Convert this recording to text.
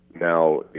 Now